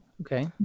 Okay